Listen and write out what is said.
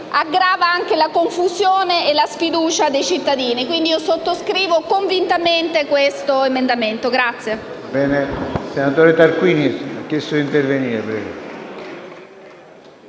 aggravano anche la confusione e la sfiducia dei cittadini. Quindi sottoscrivo convintamente questo emendamento.